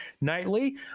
nightly